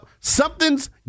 something's